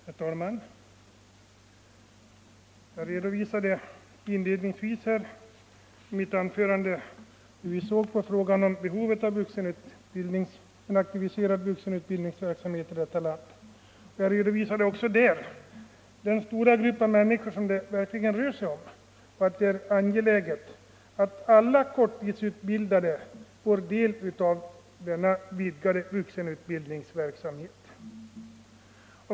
Herr talman! Jag redovisade i mitt inledningsanförande hur vi inom centerpartiet ser på behovet av en aktiverad vuxenutbildningsverksamhet i detta land. Jag redovisade också vilken stor grupp människor det verkligen rör sig om och framhöll att det är angeläget att alla korttidsutbildade får del av denna vidgade vuxenutbildningsverksamhet.